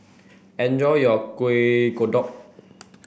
enjoy your Kuih Kodok